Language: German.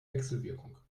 wechselwirkung